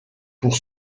pour